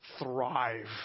thrive